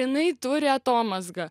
jinai turi atomazgą